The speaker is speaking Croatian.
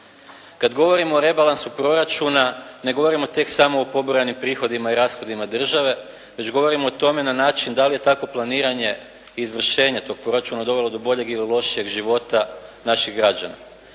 Kada govorimo o rebalansu proračuna ne govorimo tek samo o pobrojenim prihodima i rashodima države već govorimo o tome na način da li je takvo planiranje i izvršenje toga proračuna dovelo do boljeg ili lošijeg života naših građana.